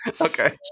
Okay